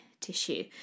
tissue